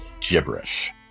gibberish